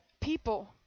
people